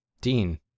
dean